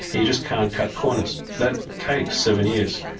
and you just can't cut corners. that takes seven years.